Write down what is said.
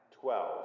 Twelve